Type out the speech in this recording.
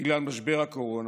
בגלל משבר הקורונה,